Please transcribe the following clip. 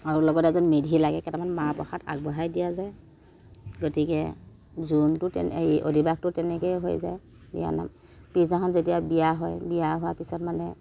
আৰু লগত এজন মেধি লাগে কেইটামান মাহ প্ৰসাদ আগবঢ়াই দিয়া যায় গতিকে জোৰোণটো তেনেকৈ অদিবাসটো তেনেকৈ হৈ যায় বিয়ানাম পিছদিনাখন যেতিয়া বিয়া হয় বিয়া হোৱাৰ পিছত মানে